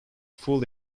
full